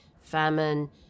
famine